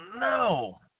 no